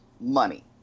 money